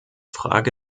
frage